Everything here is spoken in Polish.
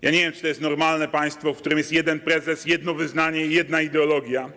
Ja nie wiem, czy jest normalne państwo, w którym jest jeden prezes, jedno wyznanie i jedna ideologia.